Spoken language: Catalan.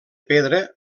pedra